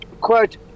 quote